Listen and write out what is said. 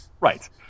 right